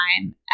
time